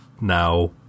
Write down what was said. now